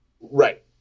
Right